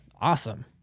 awesome